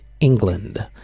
England